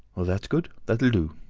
that's good, that'll do,